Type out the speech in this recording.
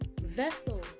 Vessel